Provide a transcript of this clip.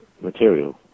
material